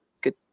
good